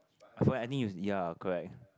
I forgot ending is ya correct